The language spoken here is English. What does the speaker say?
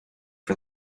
for